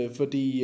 fordi